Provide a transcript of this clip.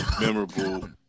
memorable